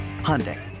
Hyundai